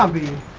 um the